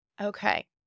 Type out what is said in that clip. Okay